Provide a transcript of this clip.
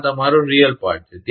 અને આ તમારો વાસ્તવિક ભાગ છે